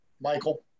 Michael